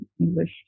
English